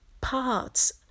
parts